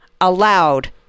allowed